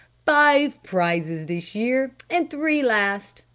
five prizes this year! and three last!